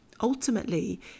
ultimately